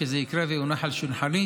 כשזה יקרה ויונח על שולחני,